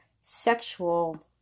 sexual